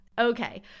okay